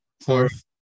Fourth